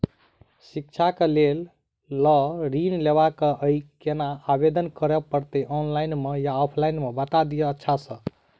शिक्षा केँ लेल लऽ ऋण लेबाक अई केना आवेदन करै पड़तै ऑनलाइन मे या ऑफलाइन मे बता दिय अच्छा सऽ?